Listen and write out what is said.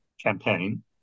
campaign